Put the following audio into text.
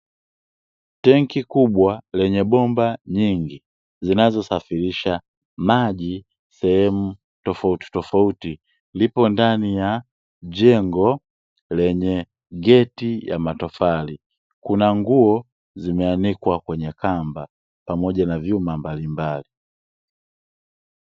Tangi kubwa lenye bomba nyingi zinazosafirisha maji sehemu tofauti tofauti lipo ndani ya jengo lenye geti ya matofali kuna nguo zimeanikwa kwenye kamba pamoja na vyuma mbalimbali.